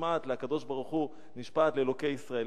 שנשמעת לקדוש-ברוך-הוא, משפט לאלוקי ישראל.